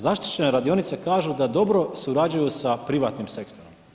Zaštićene radionice kažu da dobro surađuju sa privatnim sektorom.